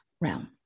realm